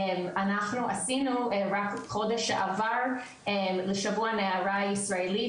אנחנו עשינו רק חודש שעבר ל"שבוע נערה ישראלית",